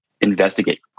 investigate